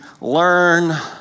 learn